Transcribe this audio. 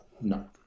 no